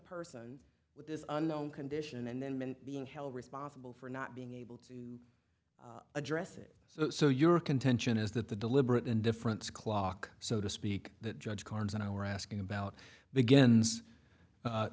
person with this unknown condition and then men being held responsible for not being able to address it so your contention is that the deliberate indifference clock so to speak that judge barnes and i were asking about begins